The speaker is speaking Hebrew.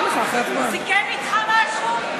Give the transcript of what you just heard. הוא סיכם איתך משהו?